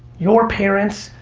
your parents,